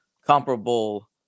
comparable